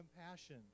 compassion